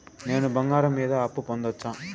నేను బంగారం మీద అప్పు పొందొచ్చా?